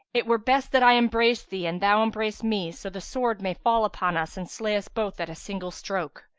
it were best that i embrace thee and thou embrace me, so the sword may fall upon us and slay us both at a single stroke.